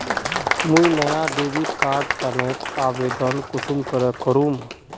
मुई नया debit card एर तने आवेदन कुंसम करे करूम?